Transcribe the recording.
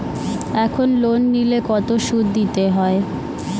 এখন লোন নিলে কত সুদ দিতে হয়?